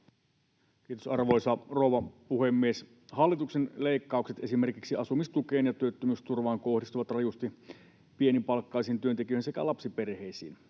Kiitos, arvoisa rouva puhemies! Hallituksen leikkaukset esimerkiksi asumistukeen ja työttömyysturvaan kohdistuvat rajusti pienipalkkaisiin työntekijöihin sekä lapsiperheisiin.